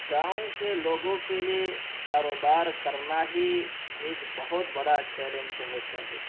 گاؤں کے لوگوں کے لیے کاروبار کرنا ہی ایک بہت بڑا چیلنچ ہوتا ہے